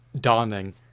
dawning